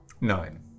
Nine